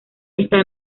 está